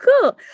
cool